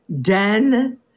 den